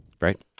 Right